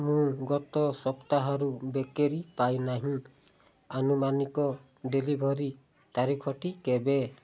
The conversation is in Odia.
ମୁଁ ଗତ ସପ୍ତାହରୁ ବେକେରୀ ପାଇ ନାହିଁ ଆନୁମାନିକ ଡେଲିଭରି ତାରିଖଟି କେବେ